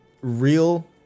real